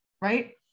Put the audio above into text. right